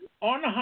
on